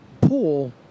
pool